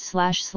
Slash